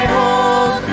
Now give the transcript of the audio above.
hold